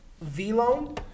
V-Loan